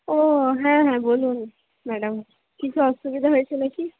ও হ্যাঁ হ্যাঁ বলুন ম্যাডাম কিছু অসুবিধা হয়েছে না কি